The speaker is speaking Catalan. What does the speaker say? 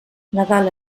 nadal